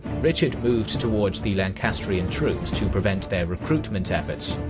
richard moved toward the lancastrian troops to prevent their recruitment efforts,